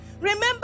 Remember